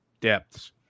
depths